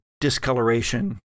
discoloration